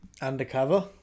Undercover